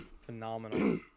phenomenal